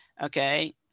okay